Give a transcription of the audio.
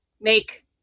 make